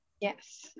Yes